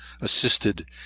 assisted